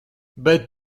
bet